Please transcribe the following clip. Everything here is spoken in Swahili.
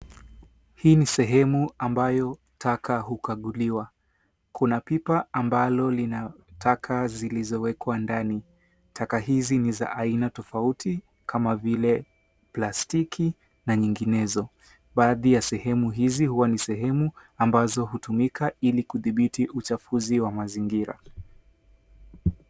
Hii ni sehemu ambayo taka hukaguliwa. Kuna pipa ambalo lina taka zilizowekwa ndani. Taka hizi ni za aina tofauti kama vile plastiki na nyinginezo. Baadhi ya sehemu hizi huwa ni sehemu ambazo hutumika ili kudhibiti uchafuzi wa mazingira.